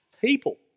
people